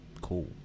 Cool